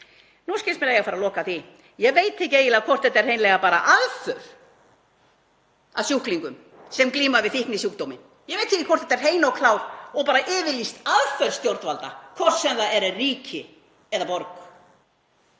nú skilst mér að eigi að fara að loka því. Ég veit ekki eiginlega hvort þetta er hreinlega aðför að sjúklingum sem glíma við fíknisjúkdóminn. Ég veit ekki hvort þetta er hrein og klár og bara yfirlýst aðför stjórnvalda, hvort sem það er ríki eða borg.